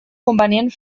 convenient